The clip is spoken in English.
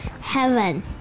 Heaven